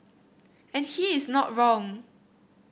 and he is not wrong